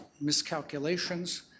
miscalculations